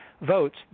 votes